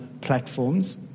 platforms